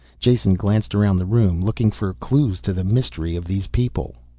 jason glanced around the room, looking for clues to the mystery of these people.